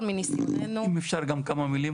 מניסיוננו --- אם אפשר כמה מילים,